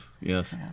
yes